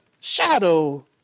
shadow